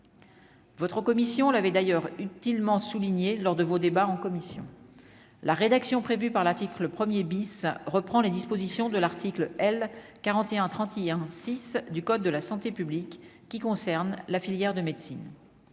votre commission l'avait d'ailleurs utilement souligné lors de vos débats en commission la rédaction prévue par l'article 1er, reprend les dispositions de l'article L 41 31 6 du code de la santé publique qui concerne la filière de médecine